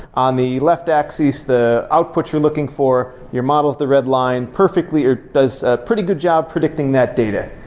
on the left axis the output you're looking for, your model is the red line, perfectly it does a pretty good job predicting that data.